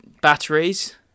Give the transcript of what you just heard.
Batteries